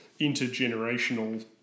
intergenerational